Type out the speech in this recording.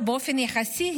באופן יחסי,